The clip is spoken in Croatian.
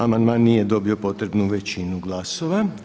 Amandman nije dobio potrebnu većinu glasova.